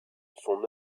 son